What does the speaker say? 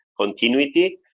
continuity